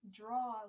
draw